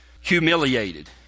humiliated